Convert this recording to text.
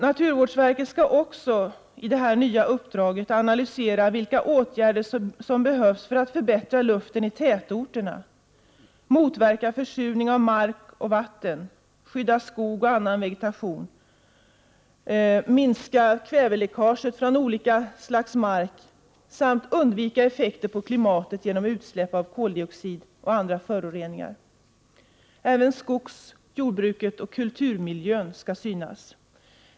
Naturvårdsverket skall också enligt det här nya uppdraget analysera vilka åtgärder som behövs för att förbättra luften i tätorterna, motverka försurning av mark och vatten, skydda skog och annan vegetation, minska kväveläckaget från olika slags mark samt undvika effekter på klimatet genom utsläpp av koldioxid och andra föroreningar. Även skogsoch jordbruket och kulturmiljön skall synas.